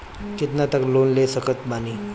कितना तक लोन ले सकत बानी?